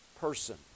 person